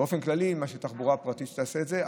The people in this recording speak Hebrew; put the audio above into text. באופן כללי מאשר תחבורה פרטית שתעשה את זה,